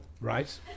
Right